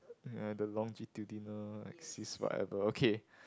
the longitudinal axis whatever okay